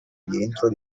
rientro